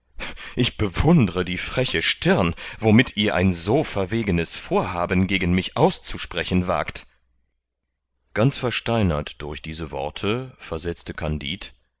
ich bewundre die freche stirn womit ihr ein so verwegenes vorhaben gegen mich auszusprechen wagt ganz versteinert durch diese worte versetzte kandid